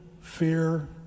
fear